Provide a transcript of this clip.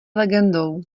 legendou